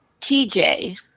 TJ